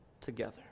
together